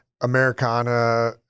Americana